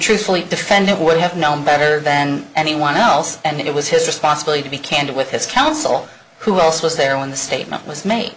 truthfully defendant would have known better than anyone else and it was his responsibility to be candid with his counsel who else was there when the statement w